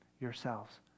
yourselves